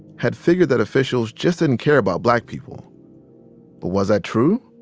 had figured that officials just didn't care about black people. but was that true?